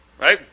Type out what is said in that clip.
Right